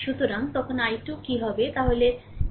সুতরাং তখন I2 কী হবে তাহলে I2